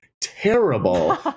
terrible